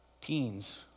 Teens